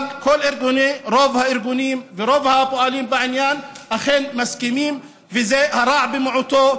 רוב הארגונים ורוב הפועלים בעניין אכן מסכימים שזה הרע במיעוטו,